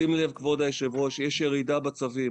שים לב, כבוד היו"ר, יש ירידה בצווים.